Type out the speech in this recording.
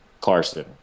Carson